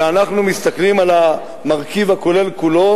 אלא אנחנו מסתכלים על המרכיב הכולל כולו,